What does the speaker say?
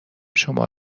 شما